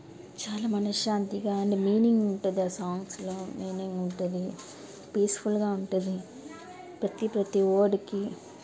చాలా మనశ్శాంతిగా and meaning ఉంటుంది ఆ సాంగ్స్లో మీనింగ్ ఉంటుంది పీస్ఫుల్గా ఉంటుంది ప్రతీ ప్రతీ వర్డ్కి